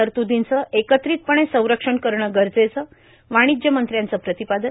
तरतूदींचं एकत्रितपणे संरक्षण करणं गरजेचं वाणिज्य मंत्र्याचं प्रतिपादन